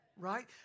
right